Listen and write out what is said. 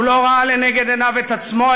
הוא לא ראה לנגד עיניו את עצמו,